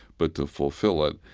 but to fulfill it,